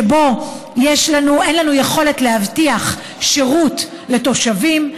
מצב שבו אין לנו יכולת להבטיח שירות לתושבים,